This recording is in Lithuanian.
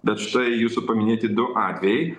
bet štai jūsų paminėti du atvejai